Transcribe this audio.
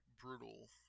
brutal